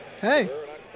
Hey